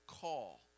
call